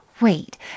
Wait